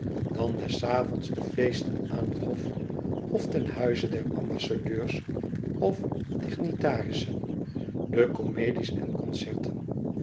des avonds de feesten aan het hof of ten huize der ambassadeurs of dignitarissen de comedies en concerten